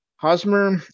Hosmer